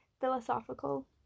philosophical